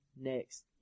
next